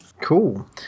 Cool